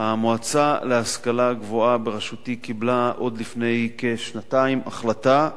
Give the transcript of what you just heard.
המועצה להשכלה גבוהה בראשותי קיבלה עוד לפני כשנתיים החלטה,